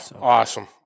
awesome